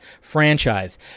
franchise